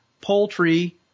poultry